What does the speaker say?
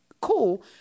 cool